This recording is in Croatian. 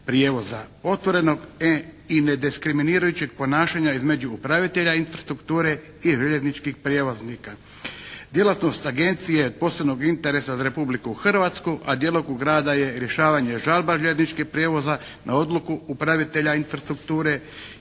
prijevoza, otvorenog i nediskriminirajućeg ponašanja između upravitelja infrastrukture i željezničkih prijevoznika. Djelatnost agencije od posebnog je interesa za Republiku Hrvatsku a djelokrug rada je rješavanje žalbi željezničkih prijevoza na odluku upravitelja infrastrukture,